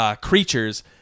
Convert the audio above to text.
creatures